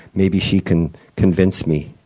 maybe she can convince me.